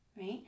right